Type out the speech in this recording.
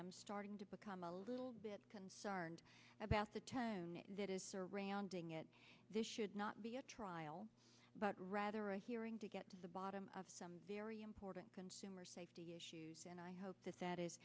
am starting to become a little bit concerned about the time that is surrounding it this should not be a trial but rather a hearing to get to the bottom of some very important consumer safety issues and i hope that that is